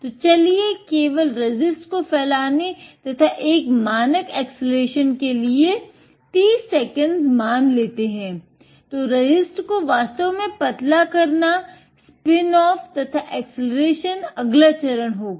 तो चलिए केवल रेसिस्ट को फ़ैलाने तथा एक मानक एक्सलेरेशन अगला चरण होगा